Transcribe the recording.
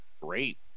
great